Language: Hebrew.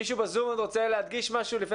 מישהו בזום עוד רוצה להדגיש משהו לפני